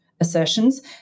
assertions